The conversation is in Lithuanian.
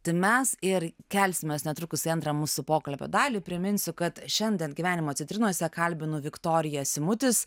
tai mes ir kelsimės netrukus į antrą mūsų pokalbio dalį priminsiu kad šiandien gyvenimo citrinose kalbinu viktoriją simutis